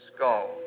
Skull